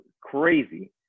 crazy